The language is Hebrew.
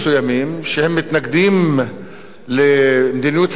שמתנגדים למדיניות הממשלה,